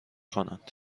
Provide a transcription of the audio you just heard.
کنند